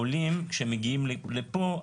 העולים שמגיעים לפה,